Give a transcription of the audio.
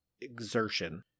exertion